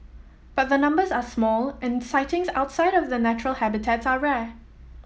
but the numbers are small and sightings outside of their natural habitats are rare